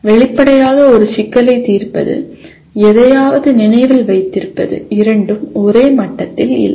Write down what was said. வெளிப்படையாக ஒரு சிக்கலைத் தீர்ப்பது எதையாவது நினைவில் வைத்திருப்பது இரண்டும் ஒரே மட்டத்தில் இல்லை